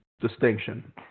distinction